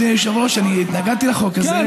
אדוני היושב-ראש, התנגדתי לחוק הזה.